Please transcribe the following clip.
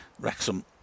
Wrexham